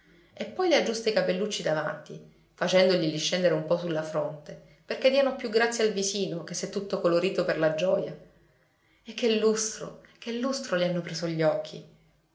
e poi le aggiusta i capellucci davanti facendoglieli scendere un po sulla fronte perché diano più grazia al visino che s'è tutto colorito per la gioia e che lustro che lustro le hanno preso gli occhi